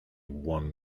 one